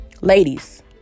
Ladies